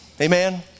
amen